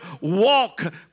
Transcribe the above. walk